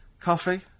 Coffee